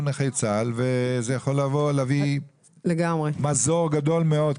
נכי צה"ל וזה יכול להביא מזור גדול מאוד.